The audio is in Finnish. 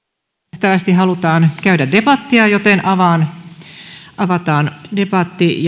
nähtävästi halutaan käydä debattia joten avataan debatti